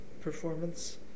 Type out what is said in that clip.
performance